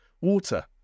water